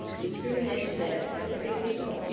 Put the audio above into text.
discrimination that is perfectly legal,